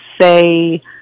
say